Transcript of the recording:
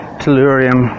tellurium